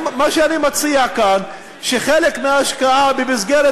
מה שאני מציע כאן זה שחלק מההשקעה במסגרת